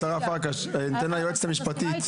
המציע לא יושב פה בכלל.